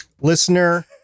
Listener